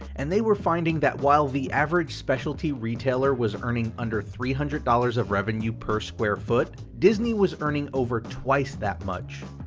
and they were finding that while the average specialty retailer was earning under three hundred dollars of revenue per square foot, disney was earning over twice that much.